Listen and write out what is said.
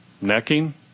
Necking